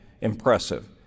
impressive